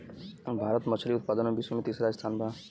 भारत मछली उतपादन में विश्व में तिसरा स्थान पर बा